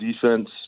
defense